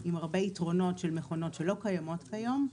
עם הרבה יתרונות של מכונות שלא קיימות כיום.